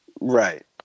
Right